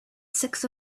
six